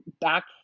Back